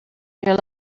your